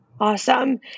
Awesome